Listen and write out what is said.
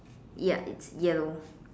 ya it's yellow